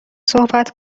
صحبت